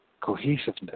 cohesiveness